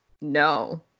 no